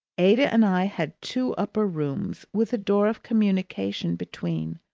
ada and i had two upper rooms with a door of communication between.